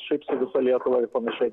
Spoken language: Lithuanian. šiaip su visa lietuva ir panašiai